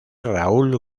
raúl